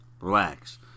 Relax